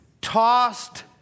Tossed